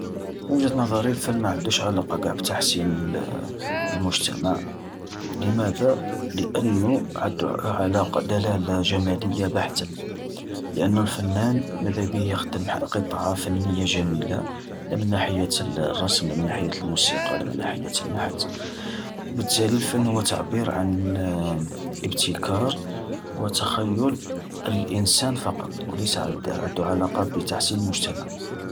في وجهة نظري الفن ماعدوش علاقة قع بتحسين المجتمع لماذا؟ لأنو عدو علاقة دلالة جمالية بحتة لأنو الفنان ماذابيه يخدم قطعة فنية جميلة لا من ناحية الرسم، لا من ناحية الموسيقى، من ناحية النحت. وبالتالي الفن هو تعبير عن ابتكار وتخيل الإنسان فقط وليس ع-عدو علاقات بتحسين المجتمع.